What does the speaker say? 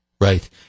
Right